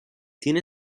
tiene